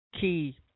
Key